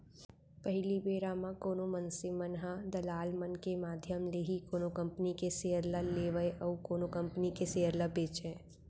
पहिली बेरा म कोनो मनसे मन ह दलाल मन के माधियम ले ही कोनो कंपनी के सेयर ल लेवय अउ कोनो कंपनी के सेयर ल बेंचय